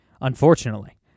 unfortunately